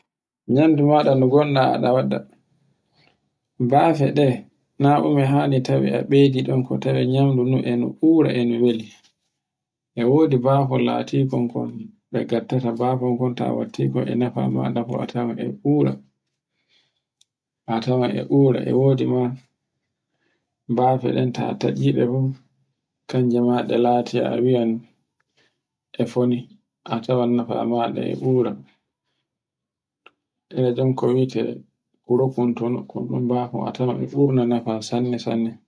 Erenen nden dulluji meɗen bin autireje meɗen nafaje ɗe aweten. Kayno lati e wawi waɗugo to darake kantan fere mun no ira nyan dulluji labi tati biyen jomni maro, maro a wawi waɗugo ɗum maro wisiwisi ngel. A wai waɗir goy wonmi nyiri ma maro awai waɗugo ndi boyri e maro e wawi heɗugo ira ɗunɗon.